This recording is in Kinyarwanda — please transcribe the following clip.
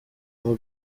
nta